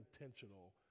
intentional